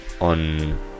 on